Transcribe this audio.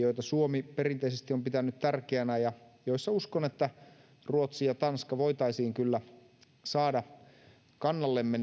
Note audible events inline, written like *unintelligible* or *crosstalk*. *unintelligible* joita suomi perinteisesti on pitänyt tärkeänä ja joiden osalta uskon että ruotsi ja tanska voitaisiin kyllä saada kannallemme *unintelligible*